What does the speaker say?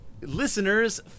listeners